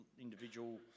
individual